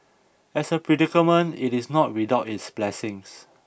as a predicament it is not without its blessings